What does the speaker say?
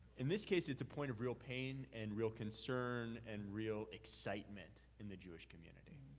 in this case, it's a point of real pain and real concern and real excitement in the jewish community.